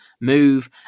move